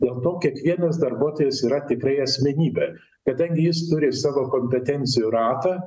dėl to kiekvienas darbuotojas yra tikrai asmenybė kadangi jis turi savo kompetencijų ratą